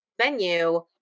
venue